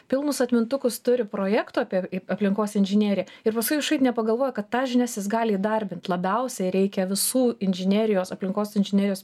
pilnus atmintukus turi projektų apie aplinkos inžineriją ir paskui kažkaip nepagalvoja kad tas žinias jis gali įdarbint labiausiai reikia visų inžinerijos aplinkos inžinerijos